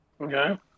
Okay